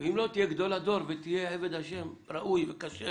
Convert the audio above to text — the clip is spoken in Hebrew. ואם לא תהיה גדול הדור ותהיה עבד השם ראוי וכשר